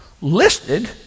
listed